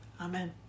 Amen